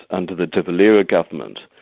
under the de valera government,